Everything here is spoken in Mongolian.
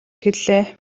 эхэллээ